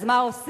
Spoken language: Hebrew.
אז מה עושים?